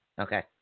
Okay